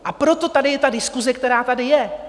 A proto tady je ta diskuse, která tady je.